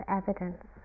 evidence